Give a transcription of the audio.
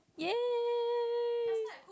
!yay!